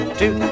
two